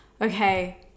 okay